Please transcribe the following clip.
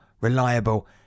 reliable